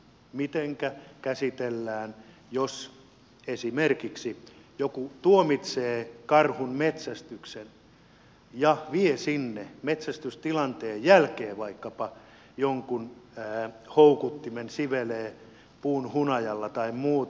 mitenkä käsitellään jos esimerkiksi joku tuomitsee karhun metsästyksen ja vie sinne metsästystilanteen jälkeen vaikkapa jonkun houkuttimen sivelee puun hunajalla tai muuta